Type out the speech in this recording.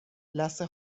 لثه